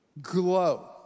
glow